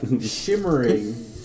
shimmering